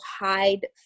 hide